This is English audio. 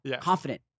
confident